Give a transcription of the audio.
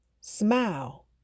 smile